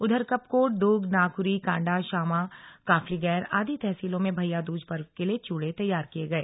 उधर कपकोट दुग नाकुरी कांडा शामा काफलीगैर आदि तहसीलों में भैयादूज पर्व के लिए च्यूड़े तैयार किए गए